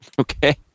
Okay